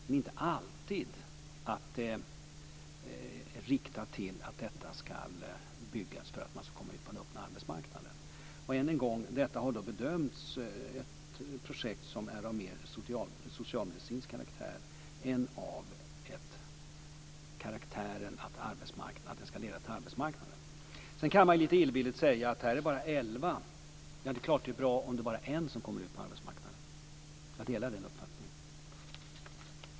dock inte alltid med inriktningen att detta ska byggas för att man ska kunna komma ut på den öppna arbetsmarknaden. Ännu en gång vill jag säga att detta har bedömts vara ett projekt som mer är av socialmedicinsk karaktär än av karaktären att det leder ut på arbetsmarknaden. Det är klart att det är bra även om det bara är en person som kommer ut på arbetsmarknaden. Jag delar den uppfattningen.